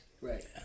Right